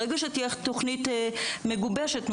ברגע שתהיה תוכנית מגובשת,